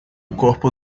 corpo